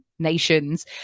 nations